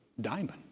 diamond